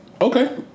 Okay